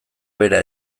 bera